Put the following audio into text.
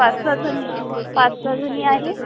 पाच सहा जणी आहे पाच सहा जणी आहे